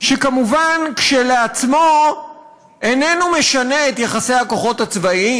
שכמובן כשלעצמו איננו משנה את יחסי הכוחות הצבאיים.